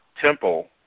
Temple